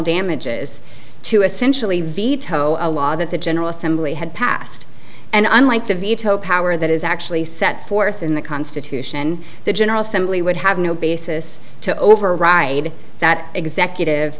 damages to essentially veto a law that the general assembly had passed and unlike the veto power that is actually set forth in the constitution the general assembly would have no basis to override that executive